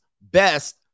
best